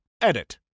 Edit